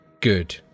good